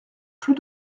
plus